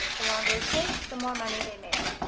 the longer it takes, the more money they make!